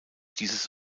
dieses